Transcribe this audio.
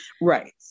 right